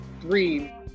three